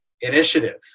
initiative